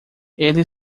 ele